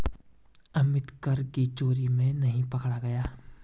अमित कर की चोरी में नहीं पकड़ा गया